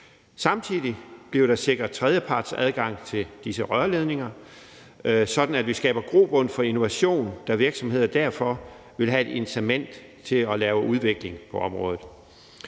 Samtidig bliver der sikret tredjepartsadgang til disse rørledninger, sådan at vi skaber grobund for innovation, da virksomheder derfor vil have et incitament til at lave udvikling på området.